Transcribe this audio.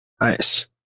Nice